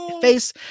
face